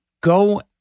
go